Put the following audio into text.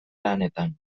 lanetan